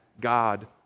God